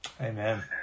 Amen